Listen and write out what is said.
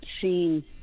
seen